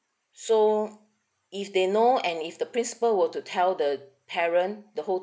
so if they know and if the principal were to tell the parent the whole